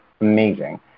amazing